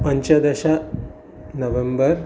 पञ्चदश नवम्बर्